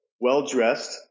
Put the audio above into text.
well-dressed